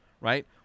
right